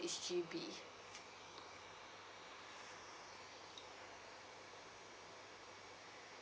G_B